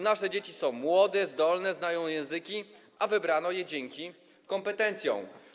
Nasze dzieci są młode, zdolne, znają języki, a wybrano je dzięki kompetencjom.